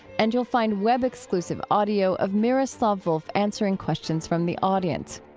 and you'll find web-exlusive audio of miroslav volf answering questions from the audience.